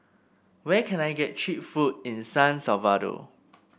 where can I get cheap food in San Salvador